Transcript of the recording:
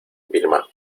vilma